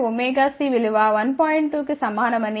2 కి సమానమని ఇది 1